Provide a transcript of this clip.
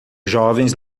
jovens